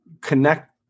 Connect